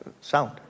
sound